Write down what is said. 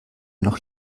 noch